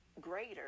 greater